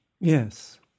Yes